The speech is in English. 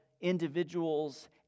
individuals